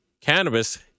cannabis